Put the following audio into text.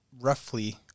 roughly